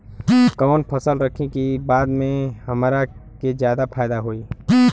कवन फसल रखी कि बाद में हमरा के ज्यादा फायदा होयी?